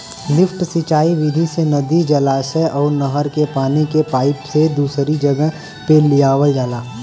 lift सिंचाई विधि से नदी, जलाशय अउर नहर के पानी के पाईप से दूसरी जगह पे लियावल जाला